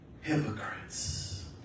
hypocrites